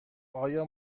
آیا